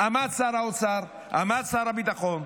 עמד שר האוצר, עמד שר הביטחון,